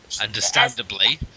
understandably